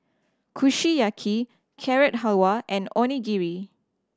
Kushiyaki Carrot Halwa and Onigiri